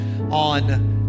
on